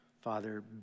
Father